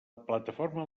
plataforma